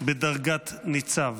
בדרגת ניצב.